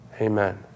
amen